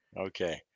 Okay